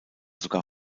sogar